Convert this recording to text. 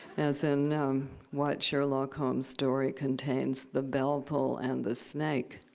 as in what sherlock holmes story contains the bell pull and the snake?